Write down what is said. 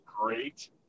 great